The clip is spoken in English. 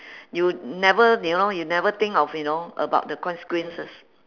you never you know never think of you know about the consequences